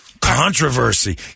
Controversy